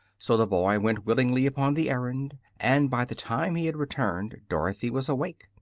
so the boy went willingly upon the errand, and by the time he had returned dorothy was awake.